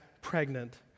pregnant